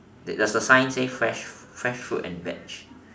there's a sign say fresh fresh fruit and veg